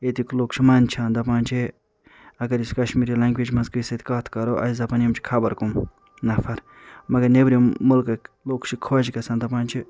ییٚتِکۍ لوٗکھ چھِ منٛدٕچھان دپان چھِ ہے اگر أسۍ کشمیری لنٛگویج منٛز کٲنٛسہِ سۭتۍ کَتھ کَرو اسہِ دَپن یِم چھِ خبر کٕم نفر مگر نیٚبرِم ملکٕکۍ لوٗکھ چھِ خۄش گَژھان دَپان چھِ